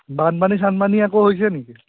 বানপানী চানপানী আকৌ হৈছে নেকি